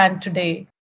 today